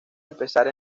empezar